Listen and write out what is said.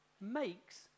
makes